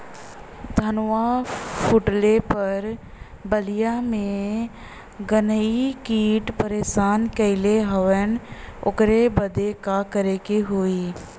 धनवा फूटले पर बलिया में गान्ही कीट परेशान कइले हवन ओकरे बदे का करे होई?